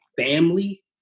family